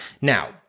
Now